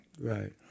Right